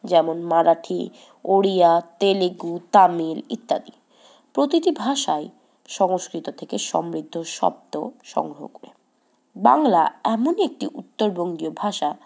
যেমন মারাঠি ওড়িয়া তেলেগু তামিল ইত্যাদি প্রতিটি ভাষাই সংস্কৃত থেকে সমৃদ্ধ শব্দ সংগ্রহ করে বাংলা এমনই একটি উত্তরবঙ্গীয় ভাষা